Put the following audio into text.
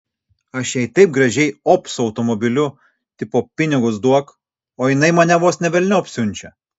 aš jai taip gražiai op su automobiliu tipo pinigus duok o jinai mane vos ne velniop siunčia